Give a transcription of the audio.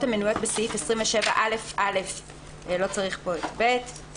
המנויות בסעיף 27א(א) לחוק העיקרי,